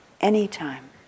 anytime